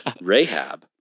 Rahab